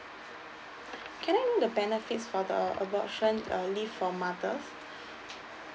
can I know the benefits for the adoption uh leave for mother